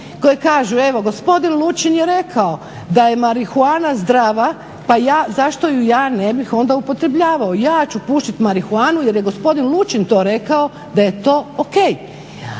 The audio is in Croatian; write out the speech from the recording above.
koji kažu evo gospodin Lučin je rekao da je marihuana zdrava pa zašto je ja ne bih onda upotrebljavao. Ja ću pušiti marihuanu jer je gospodin Lučin to rekao da je to ok.